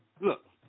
Look